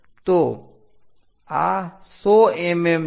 તો આ 100 mm છે